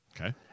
Okay